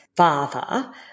father